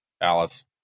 Alice